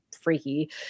freaky